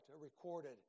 recorded